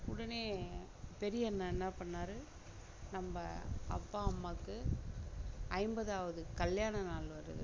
உடனே பெரிய அண்ணன் என்ன பண்ணாரு நம்ம அப்பா அம்மாவுக்கு ஐம்பதாவது கல்யாண நாள் வருது